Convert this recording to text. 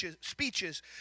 speeches